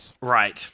Right